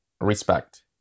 respect